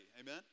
Amen